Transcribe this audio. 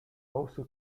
also